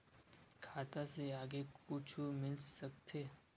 खाता से आगे कुछु मिल सकथे?